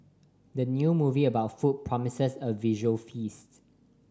the new movie about food promises a visual feast